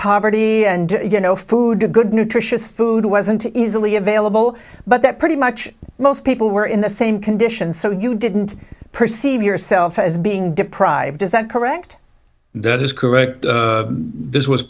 poverty and you know food a good nutritious food wasn't easily available but that pretty much most people were in the same condition so you didn't perceive yourself as being deprived is that correct that is correct this was